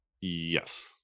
yes